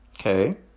okay